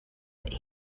that